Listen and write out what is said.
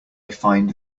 find